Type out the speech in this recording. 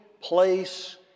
place